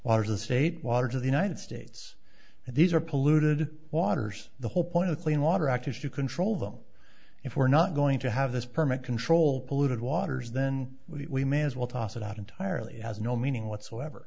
the state waters of the united states and these are polluted waters the whole point of clean water act is to control them if we're not going to have this permit control polluted waters then we may as well toss it out entirely has no meaning whatsoever